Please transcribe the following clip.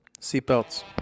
seatbelts